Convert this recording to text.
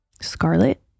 Scarlet